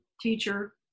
teacher